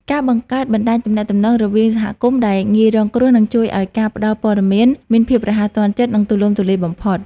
ការបង្កើតបណ្តាញទំនាក់ទំនងរវាងសហគមន៍ដែលងាយរងគ្រោះនឹងជួយឱ្យការផ្តល់ព័ត៌មានមានភាពរហ័សទាន់ចិត្ត និងទូលំទូលាយបំផុត។